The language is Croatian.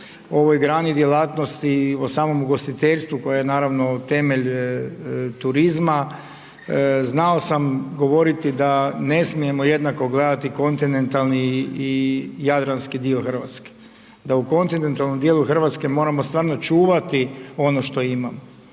ovoj grani djelatnosti i o samom ugostiteljstvu koje je naravno temelj turizma, znao sam govoriti da ne smijemo jednako gledati kontinentalni i jadranski dio Hrvatske. Da u kontinentalnom dijelu Hrvatske, moramo stvarno čuvati ono što imamo.